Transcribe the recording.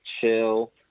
Chill